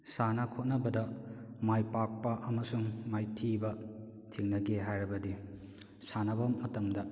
ꯁꯥꯟꯅ ꯈꯣꯠꯅꯕꯗ ꯄꯥꯏ ꯄꯥꯛꯄ ꯑꯃꯁꯨꯡ ꯃꯥꯏꯊꯤꯕ ꯊꯦꯡꯅꯒꯦ ꯍꯥꯏꯔꯕꯗꯤ ꯁꯥꯟꯅꯕ ꯃꯇꯝꯗ